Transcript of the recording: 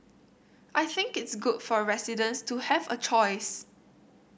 I think it's good for residents to have a choice